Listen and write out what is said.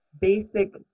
basic